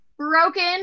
Broken